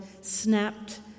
snapped